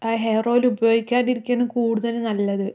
ആ hair oil ഉപയോഗിക്കാതിരിക്കുകയാണ് കൂടുതലും നല്ലത്